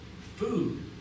food